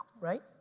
right